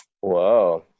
Whoa